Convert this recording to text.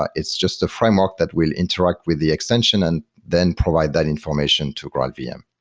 ah it's just a framework that will interact with the extension and then provide that information to graalvm yeah.